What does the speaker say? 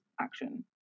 action